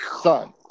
Son